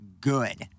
good